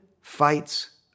fights